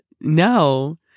No